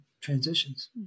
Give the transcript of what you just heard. transitions